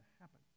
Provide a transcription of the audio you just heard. happen